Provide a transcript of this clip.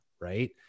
right